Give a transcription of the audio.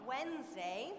Wednesday